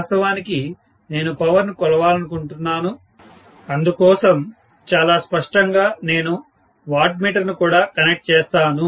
వాస్తవానికి నేను పవర్ ను కొలవాలనుకుంటున్నాను అందుకోసం చాలా స్పష్టంగా నేను వాట్మీటర్ను కూడా కనెక్ట్ చేస్తాను